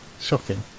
Shocking